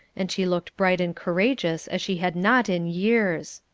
and she looked bright and courageous as she had not in years.